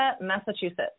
massachusetts